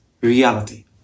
reality